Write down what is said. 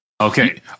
Okay